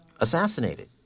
assassinated